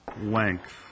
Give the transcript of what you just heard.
length